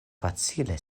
facile